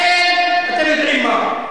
לכן, אתם יודעים מה.